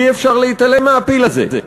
אי-אפשר להתעלם מהפיל הזה.